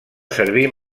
servir